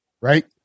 right